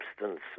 substance